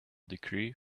degree